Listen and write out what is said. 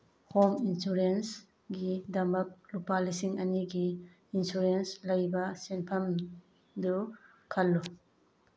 home ꯏꯟꯁꯨꯔꯦꯟꯁꯒꯤꯗꯃꯛ ꯂꯨꯄꯥ ꯂꯤꯁꯤꯡ ꯑꯅꯤꯒꯤ ꯏꯟꯁꯨꯔꯦꯟꯁ ꯂꯩꯕ ꯁꯦꯟꯐꯝꯗꯨ ꯈꯜꯂꯨ